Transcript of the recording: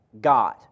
God